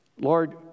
Lord